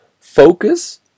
focus